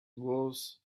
was